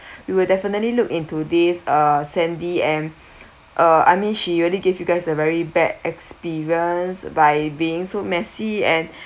we will definitely look into this uh sandy and uh I mean she really give you guys a very bad experience by being so messy and